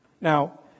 Now